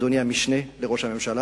אדוני המשנה לראש הממשלה,